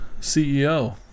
CEO